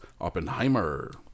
Oppenheimer